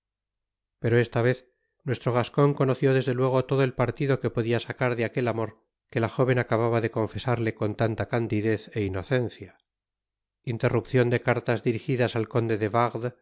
pero esta vez nuestro gascon conoció desde luego todo el partido que podia sacar de aquel amor que la jóven acababa de confesarle con tanta candidez é inocencia interrupcion de cartas dirigidas al conde de wardes